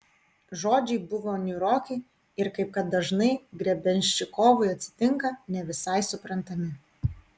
žodžiai buvo niūroki ir kaip kad dažnai grebenščikovui atsitinka ne visai suprantami